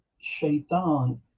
Shaitan